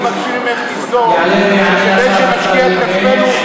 חברי הכנסת מבקשים ממךְ ליזום שלפני שנשקיע את כספנו,